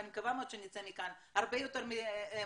ואני מקווה מאוד שנצא מכאן הרבה יותר מושכלים,